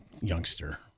youngster